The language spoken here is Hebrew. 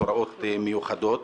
הוראות מיוחדות.